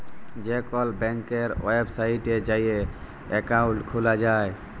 যে কল ব্যাংকের ওয়েবসাইটে যাঁয়ে একাউল্ট খুলা যায়